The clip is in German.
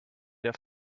der